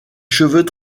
cheveux